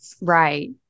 Right